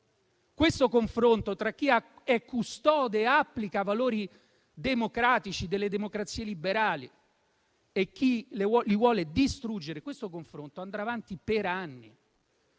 aggressive, tra chi è custode e applica valori democratici delle democrazie liberali e chi li vuole distruggere, andrà avanti per anni